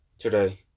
today